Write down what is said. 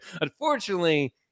Unfortunately